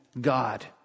God